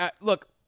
Look